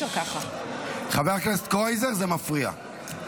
חבר הכנסת קרויזר, זה מפריע.